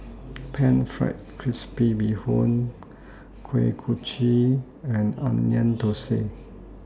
Pan Fried Crispy Bee Hoon Kuih Kochi and Onion Thosai